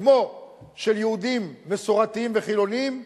וכמו של יהודים מסורתיים וחילונים,